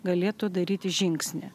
galėtų daryti žingsnį